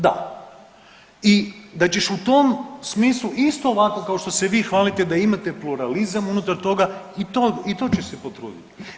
Da i da ćeš u tom smislu isto ovako kao što se vi hvalite da imate pluralizam unutar toga i to, i to će se potruditi.